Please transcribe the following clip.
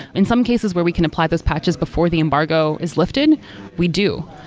in some cases where we can apply those patches before the embargo is lifted we do.